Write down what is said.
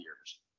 years